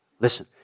Listen